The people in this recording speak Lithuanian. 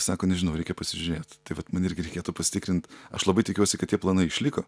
sako nežinau reikia pasižiūrėt tai vat man irgi reikėtų pasitikrint aš labai tikiuosi kad tie planai išliko